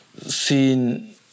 seen